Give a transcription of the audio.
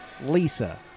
Lisa